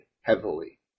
heavily